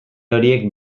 horiek